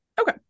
Okay